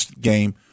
game